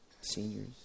seniors